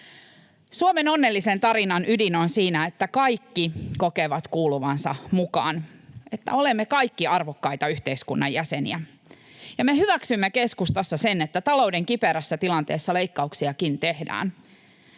Suomen onnellisen tarinan ydin on siinä, että kaikki kokevat kuuluvansa mukaan, että olemme kaikki arvokkaita yhteiskunnan jäseniä. Me hyväksymme keskustassa sen, että talouden kiperässä tilanteessa leikkauksiakin tehdään.